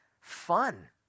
fun